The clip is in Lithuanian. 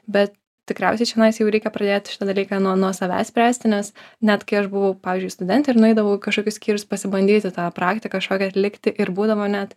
bet tikriausiai čionais jau reikia pradėt šitą dalyką nuo nuo savęs spręsti nes net kai aš buvau pavyzdžiui studentė ir nueidavau į kažkokius skyrius pasibandyti tą praktiką kažkokią atlikti ir būdavo net